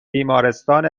بیمارستان